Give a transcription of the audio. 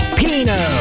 pino